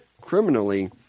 criminally